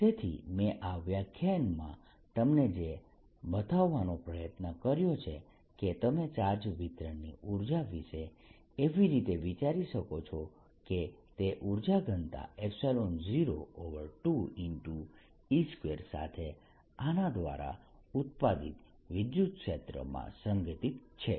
તેથી મેં આ વ્યાખ્યાનમાં તમને જે બતાવવાનો પ્રયત્ન કર્યો છે કે તમે ચાર્જ વિતરણની ઉર્જા વિશે એવી રીતે વિચારી શકો છો કે તે ઉર્જા ઘનતા 02E2 સાથે આના દ્વારા ઉત્પાદિત વિદ્યુતક્ષેત્રમાં સંગ્રહિત છે